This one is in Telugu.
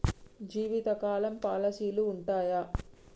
జీవితకాలం పాలసీలు ఉంటయా?